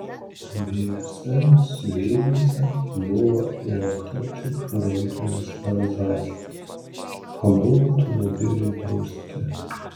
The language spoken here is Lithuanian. abiejuose visureigiuose buvo įrengta tik gamyklinė signalizacija abu automobiliai drausti